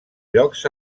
llocs